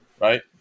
right